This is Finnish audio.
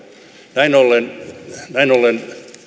näin ollen